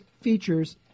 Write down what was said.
features